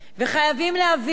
וחייבים להבין